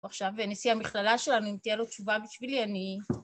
ועכשיו נשיא המכללה שלנו, אם תהיה לו תשובה בשבילי, אני...